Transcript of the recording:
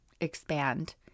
expand